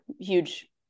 huge